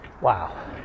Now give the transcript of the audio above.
Wow